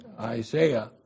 Isaiah